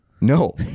No